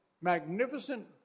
magnificent